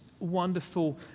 Wonderful